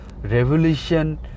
revolution